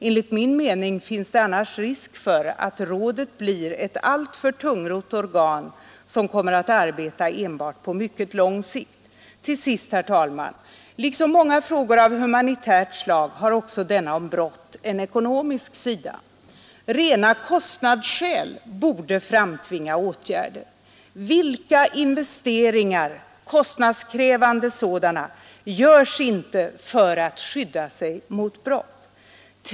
Enligt min mening finns det annars risk för att rådet blir ett alltför tungrott organ som kommer att arbeta enbart på mycket lång sikt. Till sist, herr talman: Liksom många frågor av humanitärt slag har också denna om brott en ekonomisk sida. Rena kostnadsskäl borde framtvinga åtgärder. Vilka investeringar — kostnadskrävande sådana — görs inte för att skydda sig mot brott?